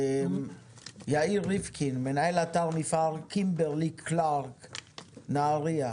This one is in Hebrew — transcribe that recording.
יאיר ריפקין, מנהל אתר מפעל קימברלי קלארק נהריה.